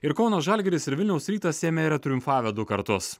ir kauno žalgiris ir vilniaus rytas jame yra triumfavę du kartus